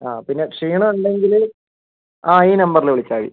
ആ പിന്നെ ക്ഷീണം ഉണ്ടെങ്കിൽ ആ ഈ നമ്പറിൽ വിളിച്ചാൽ മതി